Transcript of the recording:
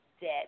dead